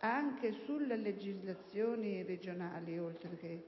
anche sulle legislazioni regionali, oltre che